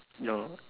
no